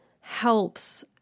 helps